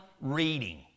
reading